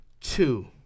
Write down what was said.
Two